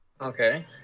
okay